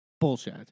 bullshit